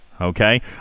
okay